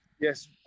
Yes